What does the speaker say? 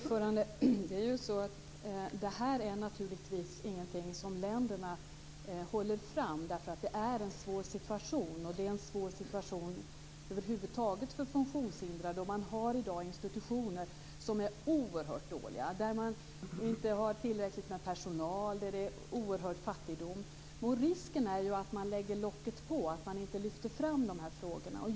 Fru talman! Det här är naturligtvis inte något som länderna håller fram. Det är en svår situation. Det är en svår situation över huvud taget för funktionshindrade. Man har i dag institutioner som är oerhört dåliga, där man inte har tillräckligt med personal och där det är en oerhörd fattigdom. Risken är ju att man lägger locket på, att man inte lyfter fram de här frågorna.